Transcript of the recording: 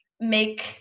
make